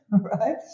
right